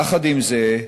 יחד עם זה,